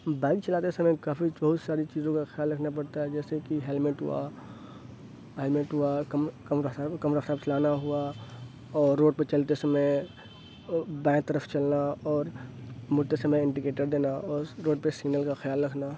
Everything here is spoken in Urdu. بائک چلاتے سمے کافی بہت ساری چیزوں کا خیال رکھنا پڑتا ہے جیسے کہ ہیلمیٹ ہوا ہیلمیٹ ہوا کم رفتار کم رفتار چلانا ہوا اور روڈ پہ چلتے سمے بائیں طرف چلنا اور مڑتے سمے انڈیکیٹر دینا اور روڈ پہ سگنل کا خیال رکھنا